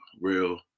real